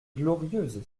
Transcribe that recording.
glorieuse